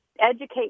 Educate